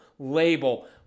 label